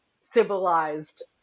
civilized